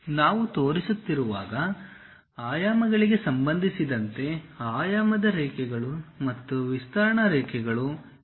ನಾವು ತೋರಿಸುತ್ತಿರುವಾಗ ಆಯಾಮಗಳಿಗೆ ಸಂಬಂಧಿಸಿದಂತೆ ಆಯಾಮದ ರೇಖೆಗಳು ಮತ್ತು ವಿಸ್ತರಣಾ ರೇಖೆಗಳು ಇವು ಒಂದೇ ಸಮತಲದಲ್ಲಿರಬೇಕು